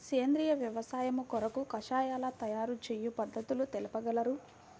సేంద్రియ వ్యవసాయము కొరకు కషాయాల తయారు చేయు పద్ధతులు తెలుపగలరు?